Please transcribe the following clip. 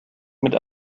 mit